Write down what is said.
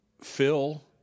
Phil